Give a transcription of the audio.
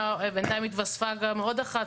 בינתיים התווספה עוד הערה.